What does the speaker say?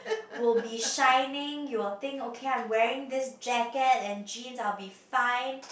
will be shinning you'll think okay I'm wearing this jacket and jeans I'll be fine